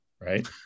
right